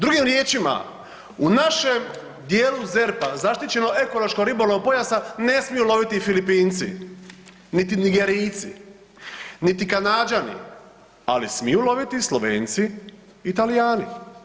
Drugim riječima, u našem dijelu ZERP-a zaštićeno ekološko ribolovnog pojasa ne smiju loviti Filipinci, niti Nigerijci, niti Kanađani, ali smiju loviti Slovenci i Talijani.